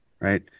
right